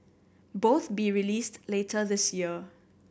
both be released later this year